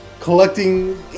collecting